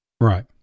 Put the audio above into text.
Right